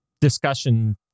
discussion-